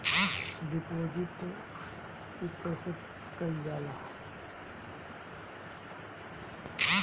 Deposit बंद कैसे कैल जाइ?